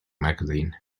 magazine